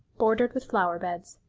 bordered with flower-beds,